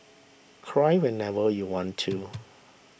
cry whenever you want to